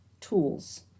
tools